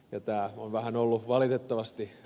tämä on vähän ollut valitettavasti